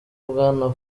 bwana